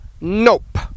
Nope